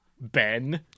Ben